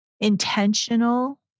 intentional